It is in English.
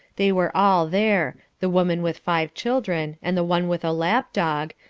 they were all there, the woman with five children and the one with a lap-dog,